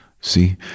See